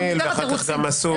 איזה עוד תירומים?